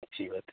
अच्छी बात है